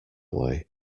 way